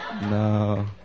No